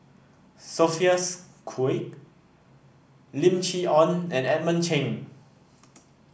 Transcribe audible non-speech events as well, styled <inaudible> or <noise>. Sophia's <unintelligible> Lim Chee Onn and Edmund Cheng